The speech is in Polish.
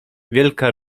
wielka